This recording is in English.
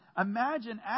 imagine